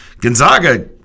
Gonzaga